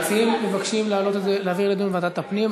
המציעים מבקשים להעביר לדיון בוועדת הפנים,